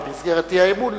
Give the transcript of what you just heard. במסגרת האי-אמון,